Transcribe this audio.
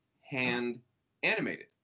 hand-animated